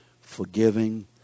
forgiving